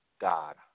God